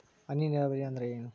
ಹನಿ ನೇರಾವರಿ ಅಂದ್ರ ಏನ್?